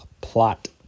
plot